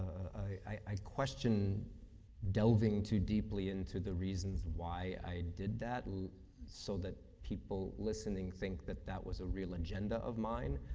i question delving too deeply into the reasons why i did that, and so that people listening think that that was a real agenda of mine,